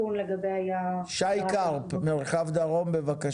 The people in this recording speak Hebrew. דרום, בבקשה.